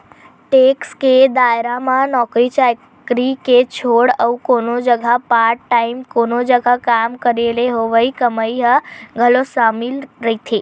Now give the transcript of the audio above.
tax के दायरा म नौकरी चाकरी के छोड़ अउ कोनो जघा पार्ट टाइम कोनो जघा काम करे ले होवई कमई ह घलो सामिल रहिथे